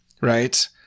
right